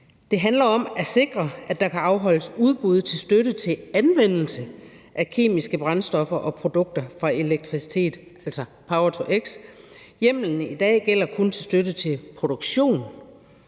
Det handler om at sikre, at der kan afholdes udbud til støtte til anvendelse af kemiske brændstoffer og produkter fra elektricitet, altså power-to-x – hjemmelen i dag gælder kun til støtte til produktion